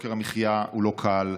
יוקר המחיה הוא לא קל,